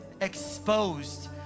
exposed